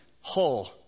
whole